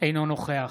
אינו נוכח